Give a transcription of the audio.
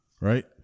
right